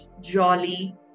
jolly